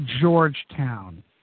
Georgetown